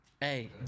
Hey